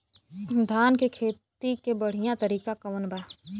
धान के खेती के बढ़ियां तरीका कवन बा?